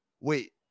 wait